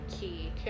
Key